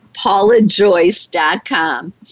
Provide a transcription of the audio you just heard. paulajoyce.com